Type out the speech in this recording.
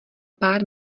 pár